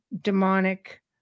demonic